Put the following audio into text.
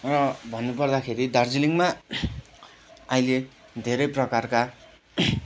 र भन्नुपर्दाखेरि दार्जिलिङमा अहिले धेरै प्रकारका